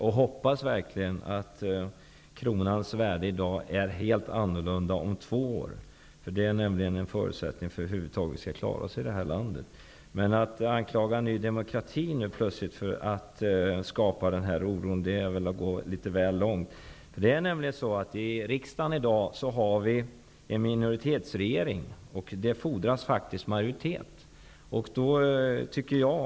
Jag hoppas verkligen att kronans värde är helt annorlunda om två år. Det är nämligen en förutsättning för att vi över huvud taget skall klara oss i det här landet. Men att anklaga Ny demokrati för att skapa denna oro är att gå litet väl långt. I dag har vi en minoritetsregering. Det fordras faktiskt en majoritet för beslut.